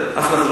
אחלה.